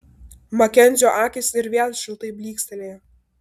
makenzio akys ir vėl šiltai blykstelėjo